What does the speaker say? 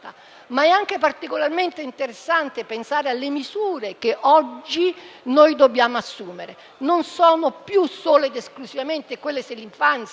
ma è anche particolarmente interessante pensare alle misure che oggi noi dobbiamo assumere; non sono più solo ed esclusivamente quelle dell'infanzia,